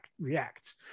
react